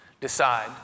decide